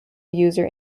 user